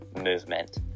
movement